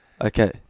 Okay